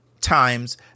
times